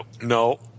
No